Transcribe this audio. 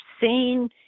seen